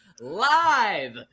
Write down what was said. live